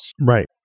Right